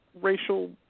racial